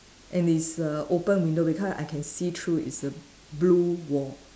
and it's a open window because I can see through it's a blue wall